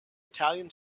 italian